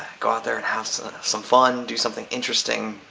go out there and have some some fun, do something interesting.